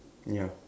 ya